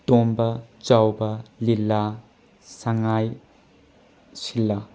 ꯇꯣꯝꯕ ꯆꯥꯎꯕ ꯂꯤꯂꯥ ꯉꯁꯥꯏ ꯁꯤꯂꯥ